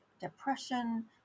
depression